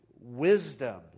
wisdom